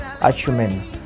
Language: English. achievement